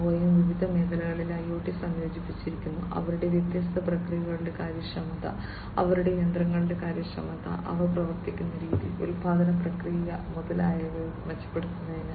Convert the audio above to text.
Boeing വിവിധ മേഖലകളിൽ IoT സംയോജിപ്പിച്ചിരിക്കുന്നു അവരുടെ വ്യത്യസ്ത പ്രക്രിയകളുടെ കാര്യക്ഷമത അവരുടെ യന്ത്രങ്ങളുടെ കാര്യക്ഷമത അവ പ്രവർത്തിക്കുന്ന രീതി ഉൽപ്പാദന പ്രക്രിയ മുതലായവ മെച്ചപ്പെടുത്തുന്നതിന്